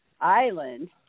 island